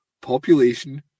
population